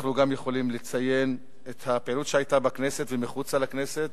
אנחנו יכולים גם לציין את הפעילות שהיתה בכנסת ומחוץ לכנסת.